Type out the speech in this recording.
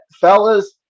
fellas